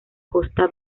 costa